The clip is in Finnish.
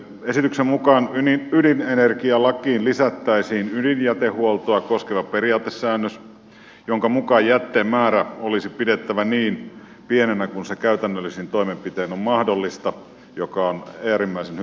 esityksen mukaan ydinenergialakiin lisättäisiin ydinjätehuoltoa koskeva periaatesäännös jonka mukaan jätteen määrä olisi pidettävä niin pienenä kuin se käytännöllisin toimenpitein on mahdollista mikä on äärimmäisen hyvä tavoite